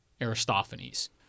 Aristophanes